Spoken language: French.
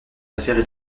affaires